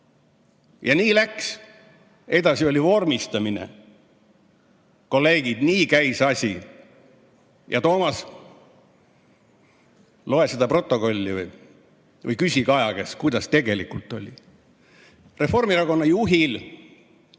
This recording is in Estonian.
Ja nii läks. Edasi oli vormistamine. Kolleegid, nii käis see asi. Toomas, loe seda protokolli või küsi Kaja käest, kuidas tegelikult oli. Reformierakonna juhil,